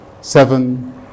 Seven